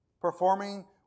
performing